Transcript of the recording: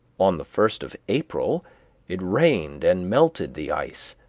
on the first of april it rained and melted the ice,